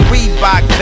Reebok